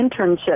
internship